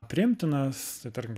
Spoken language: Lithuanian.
priimtinas tarp